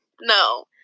No